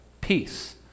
peace